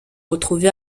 retrouvés